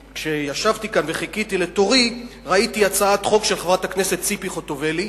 כשישבתי כאן וחיכיתי לתורי ראיתי הצעת חוק של חברת הכנסת ציפי חוטובלי,